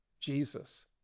Jesus